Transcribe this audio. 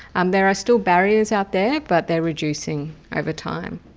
um there are still barriers out there but they're reducing overtime,